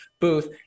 booth